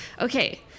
Okay